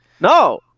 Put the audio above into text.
No